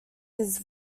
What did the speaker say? his